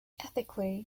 ethically